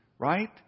right